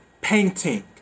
painting